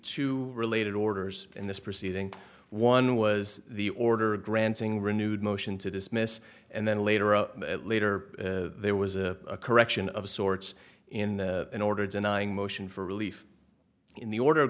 two related orders in this proceeding one was the order granting renewed motion to dismiss and then later a later there was a correction of sorts in an order denying motion for relief in the order